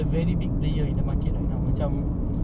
so he spend one million dollar daily